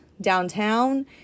downtown